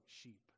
sheep